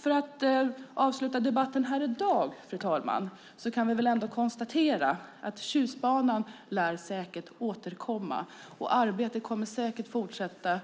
För att avsluta debatten här i dag, fru talman, kan vi ändå konstatera att frågan om Tjustbanan säkert lär återkomma, och arbetet kommer säkert att fortsätta